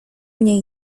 mnie